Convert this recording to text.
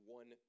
one